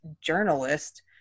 journalist